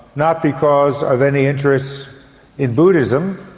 not because of any interest in buddhism